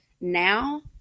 now